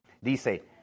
Dice